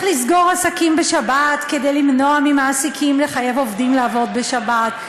לסגור עסקים בשבת כדי למנוע ממעסיקים לחייב עובדים לעבוד בשבת.